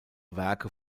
werke